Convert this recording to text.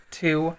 two